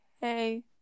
Hey